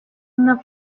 una